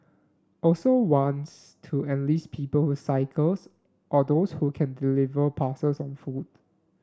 also wants to enlist people who cycles or those who can deliver parcels on foot